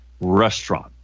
Restaurant